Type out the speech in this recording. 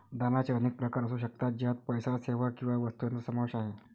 दानाचे अनेक प्रकार असू शकतात, ज्यात पैसा, सेवा किंवा वस्तू यांचा समावेश आहे